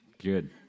good